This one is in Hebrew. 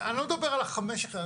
אני לא מדבר על החמש יחידות.